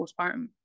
postpartum